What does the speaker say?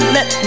Let